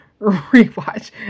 rewatch